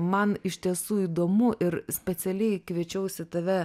man iš tiesų įdomu ir specialiai kviečiausi tave